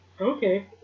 Okay